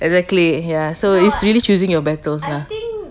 exactly ya so it's really choosing your battles lah